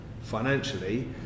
financially